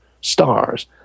stars